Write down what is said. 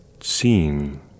seen